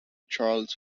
charles